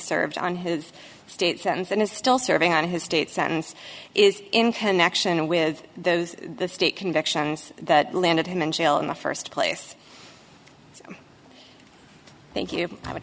served on his state sentence and is still serving on his state sentence is in connection with the state conviction that landed him in jail in the first place thank you i would